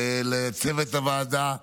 לצוות הוועדה,